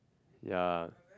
ya